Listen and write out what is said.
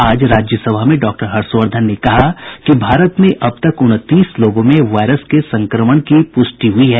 आज राज्य सभा में डॉक्टर हर्षवर्धन ने कहा कि भारत में अब तक उनतीस लोगों में वायरस के संक्रमण की प्रष्टि हुई है